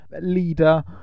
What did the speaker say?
leader